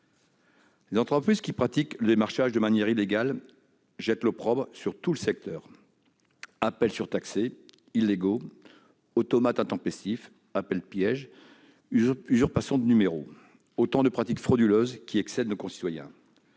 Les entreprises qui pratiquent le démarchage de manière illégale jettent l'opprobre sur tout le secteur : appels surtaxés illégaux, automates intempestifs, appels-pièges, usurpations de numéros : autant de pratiques frauduleuses qui excèdent nos concitoyens.